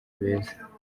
beza